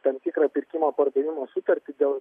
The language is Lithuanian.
tam tikrą pirkimo pardavimo sutartį dėl